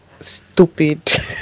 stupid